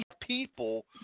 people